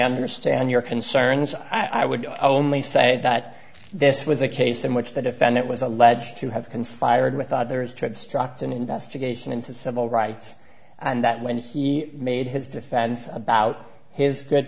understand your concerns i would only say that this was a case in which the defendant was alleged to have conspired with others tried struct an investigation into civil rights and that when he made his defense about his good